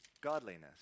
godliness